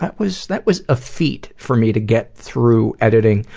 that was that was a feat, for me to get through editing,